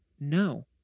no